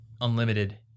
unlimited